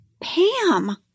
Pam